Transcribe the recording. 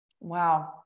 Wow